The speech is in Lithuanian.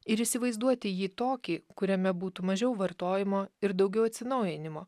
ir įsivaizduoti jį tokį kuriame būtų mažiau vartojimo ir daugiau atsinaujinimo